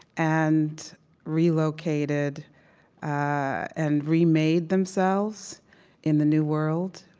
and relocated and remade themselves in the new world,